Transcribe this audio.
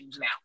now